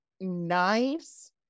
nice